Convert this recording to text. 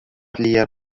leer